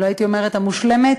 לא הייתי אומרת המושלמת,